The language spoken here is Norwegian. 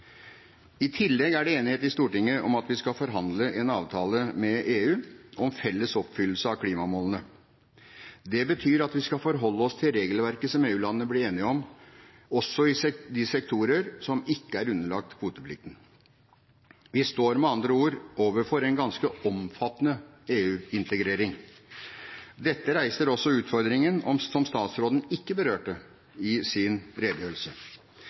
I tillegg er det enighet i Stortinget om at vi skal forhandle en avtale med EU om felles oppfyllelse av klimamålene. Det betyr at vi skal forholde oss til regelverket som EU-landene blir enige om, også i de sektorer som ikke er underlagt kvoteplikten. Vi står med andre ord overfor en ganske omfattende EU-integrering. Dette reiser også utfordringen som statsråden ikke berørte i sin redegjørelse: